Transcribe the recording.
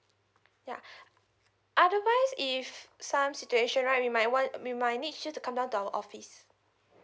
ya otherwise if some situation right we might want we might need you to come down to our office